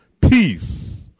peace